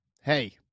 hey